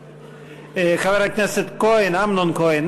חבר הכנסת כהן, אמנון כהן.